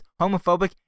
homophobic